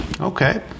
Okay